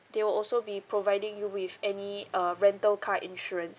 they will also be providing you with any uh rental car insurance